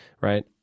right